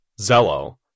Zello